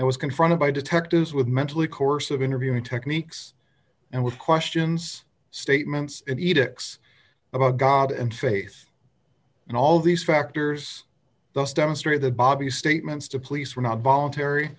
and was confronted by detectives with mentally course of interviewing techniques and with questions statements and edicts about god and faith and all these factors thus demonstrate that bobby statements to police were not voluntary